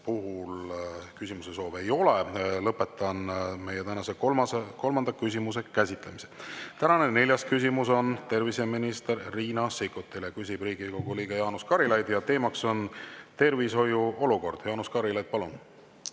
puhul küsimuse soove ei ole. Lõpetan tänase kolmanda küsimuse käsitlemise. Tänane neljas küsimus on terviseminister Riina Sikkutile. Küsib Riigikogu liige Jaanus Karilaid ja teemaks on tervishoiu olukord. Jaanus Karilaid, palun!